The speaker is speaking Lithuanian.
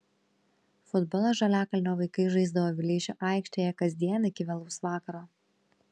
futbolą žaliakalnio vaikai žaisdavo vileišio aikštėje kasdien iki vėlaus vakaro